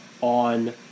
on